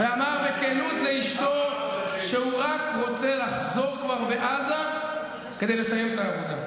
ואמר בכנות לאשתו שהוא רק רוצה לחזור כבר לעזה כדי לסיים את העבודה.